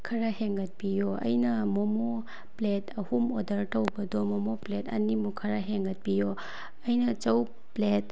ꯈꯔ ꯍꯦꯟꯒꯠꯄꯤꯌꯣ ꯑꯩꯅ ꯃꯣꯃꯣ ꯄ꯭ꯂꯦꯠ ꯑꯍꯨꯝ ꯑꯣꯔꯗꯔ ꯇꯧꯕꯗꯣ ꯃꯣꯃꯣ ꯄ꯭ꯂꯦꯠ ꯑꯅꯤꯃꯨꯛ ꯈꯔ ꯍꯦꯟꯒꯠꯄꯤꯌꯣ ꯑꯩꯅ ꯆꯧ ꯄ꯭ꯂꯦꯠ